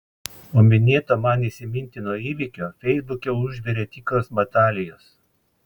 po minėto man įsimintino įvykio feisbuke užvirė tikros batalijos